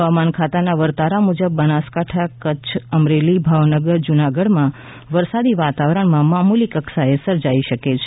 હવામાન ખાતાના વરતારા મુજબ બનાસકાંઠાકચ્છઅમરેલી ભાવનગર જૂનાગઢમાં વરસાદી વાતાવરણ મામૂલી કક્ષાએ સર્જાઈ શકે છે